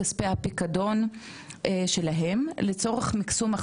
לצורך מיקסום החזרת הכספים שמגיעים לעובדות ולעובדים הזרים,